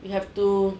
you have to